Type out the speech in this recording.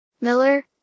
Miller